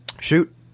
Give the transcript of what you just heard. Shoot